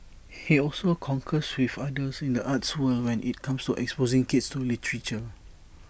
he also concurs with others in the arts world when IT comes to exposing kids to literature